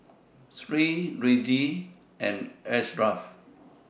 Sri Rizqi and Ashraf